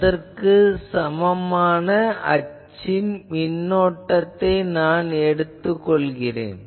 அதற்கு சமமான அச்சின் மின்னோட்டத்தை நான் எடுத்துக் கொள்கிறேன்